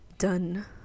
done